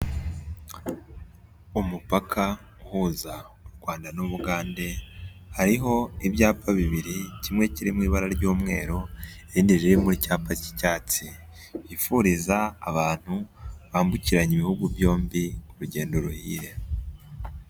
Umupaka uhuza u Rwanda n'Ubugande, hariho ibyapa bibiri, kimwe kiririmo ibara ry'umweru, irindi riri mu cyapa cy'icyatsi, cyirifuriza abantu bambukiranya ibihugu byombi urugendo ruhire.